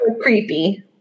creepy